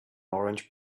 orange